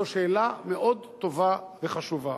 זו שאלה מאוד טובה וחשובה.